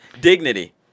Dignity